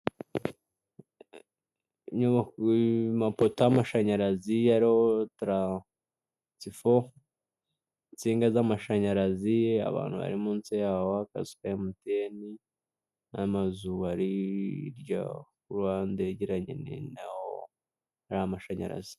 Amapoto y'amashinyarazi ariho tarasifo, insinga z'amashinyarazi, abantu bari munsi yaho, akazu ka emutiyeni, n'amazu ari hirya ku ruhande yegeranye n'ayo mashanyarazi.